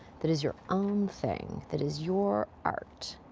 that is your own thing, that is your art,